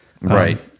Right